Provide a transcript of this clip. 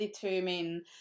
determine